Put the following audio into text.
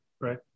right